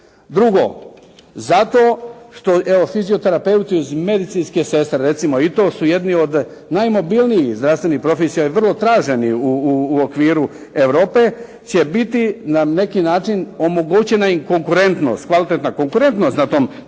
Drugo. Zato što evo fizioterapeuti uz medicinske sestre recimo i to su jedni od najmobilnijih zdravstvenih profesija i vrlo traženi u okviru Europe će biti na neki način omogućena im konkurentnost, kvalitetna konkurentnost na tom tržištu